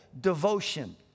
devotion